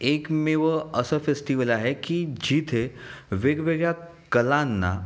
एकमेव असं फेस्टिवल आहे की जिथे वेगवेगळ्या कलांना